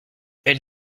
elle